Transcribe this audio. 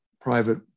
private